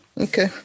okay